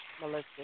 Melissa